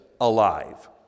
alive